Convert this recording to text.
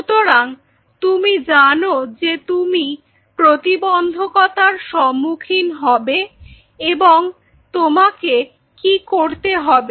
সুতরাং তুমি জানো যে তুমি প্রতিবন্ধকতার সম্মুখীন হবে এবং তোমাকে কি করতে হবে